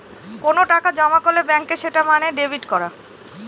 কোনো টাকা জমা করলে ব্যাঙ্কে সেটা মানে ডেবিট করা